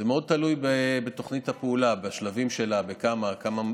זה מאוד תלוי בתוכנית הפעולה, בשלבים שלה, בכמה.